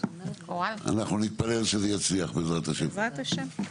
אנחנו נתפלל שזה יצליח, בעזרת השם.